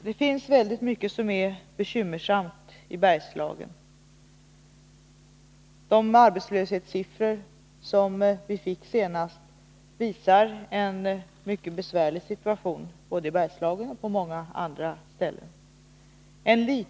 Det finns väldigt mycket som är bekymmersamt i Bergslagen. De arbetslöshetssiffror som vi fick senast visar en mycket besvärlig situation i Bergslagen och på många andra ställen.